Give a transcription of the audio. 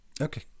Okay